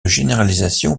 généralisation